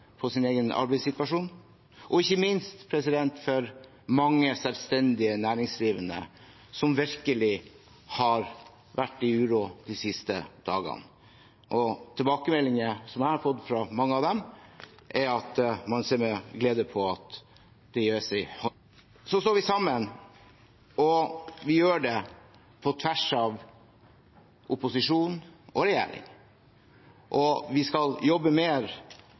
på sin egen arbeidssituasjon, og ikke minst for mange selvstendig næringsdrivende, som virkelig har vært i uråd de siste dagene. Tilbakemeldingene jeg har fått fra mange av dem, er at man ser med glede på at det gis en håndsrekning til dem. Vi står sammen, og vi gjør det på tvers av opposisjon og regjering. Vi skal jobbe mer